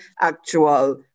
actual